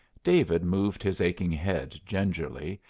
david moved his aching head gingerly,